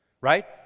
Right